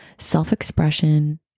Self-expression